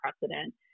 precedent